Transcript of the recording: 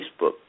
Facebook